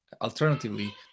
alternatively